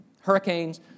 hurricanes